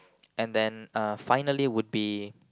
and then uh finally would be